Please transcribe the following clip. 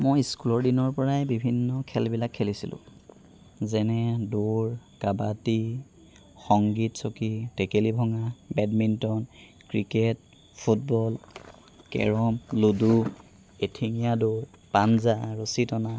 মই স্কুলৰ দিনৰপৰাই বিভিন্ন খেলবিলাক খেলিছিলোঁ যেনে দৌৰ কাবাডী সংগীত চকী টেকেলি ভঙা badminton cricket football carrom ludo এঠেঙীয়া দৌৰ পাঞ্জা ৰছী টনা